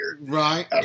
Right